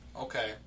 okay